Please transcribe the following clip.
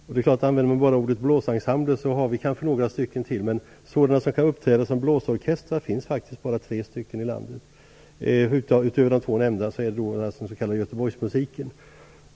Om man bara använder ordet blåsensemble finns det kanske några till, men sådana som kan uppträda som blåsorkestrar finns det bara tre av i landet. Det är, utöver de två nämnda, Göteborgsmusiken.